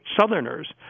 Southerners